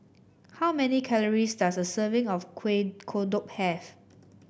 how many calories does a serving of Kuih Kodok have